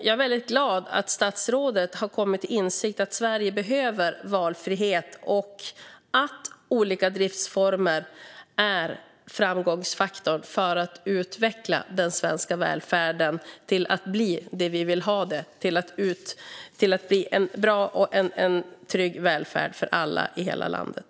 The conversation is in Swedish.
Jag är mycket glad för att statsrådet har kommit till insikt om att Sverige behöver valfrihet och att olika driftsformer är en framgångsfaktor för att utveckla den svenska välfärden till att bli som vi vill ha den och till att bli en bra och trygg välfärd för alla i hela landet.